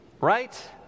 right